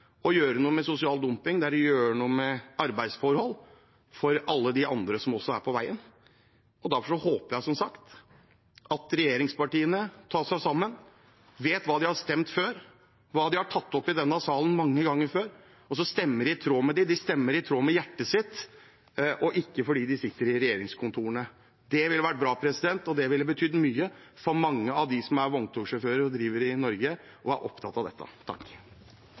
å gjøre noe med sosial dumping, og det er å gjøre noe med arbeidsforholdene for alle de andre som også er på veien. Derfor håper jeg som sagt at regjeringspartiene tar seg sammen. De vet hva de har stemt før, hva de har tatt opp i denne salen mange ganger før. Derfor håper jeg de stemmer i tråd med det, og at de stemmer i tråd med hjertet sitt og ikke fordi de sitter i regjeringskontorene. Det ville vært bra, og det ville betydd mye for mange av dem som er vogntogsjåfører og driver i Norge, og som er opptatt av dette.